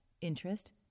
interest